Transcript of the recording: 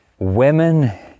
Women